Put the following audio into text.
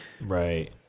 right